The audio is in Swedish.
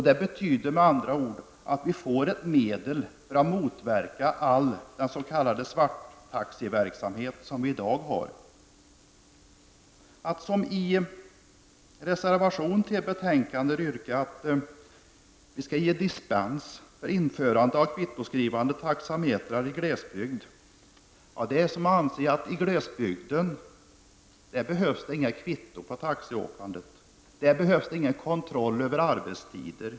Det betyder med andra ord att vi har ett medel för att motverka all s.k. svarttaxiverksamhet, som vi i dag har. Att som i reservationer till betänkandet yrka på att vi skall ge dispens för införandet av kvittoskrivande taxameter i glesbygd är att anse att man i glesbygd inte behöver kvitto för taxiåkande, inte kontroll över arbetstiderna.